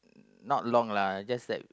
not long lah just that